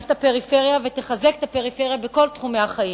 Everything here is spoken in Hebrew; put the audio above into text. את הפריפריה ותחזק את הפריפריה בכל תחומי החיים: